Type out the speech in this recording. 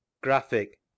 Graphic